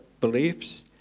beliefs